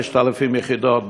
5,000 יחידות,